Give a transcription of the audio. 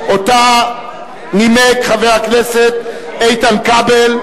שנימק חבר הכנסת איתן כבל,